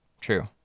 true